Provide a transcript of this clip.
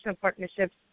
partnerships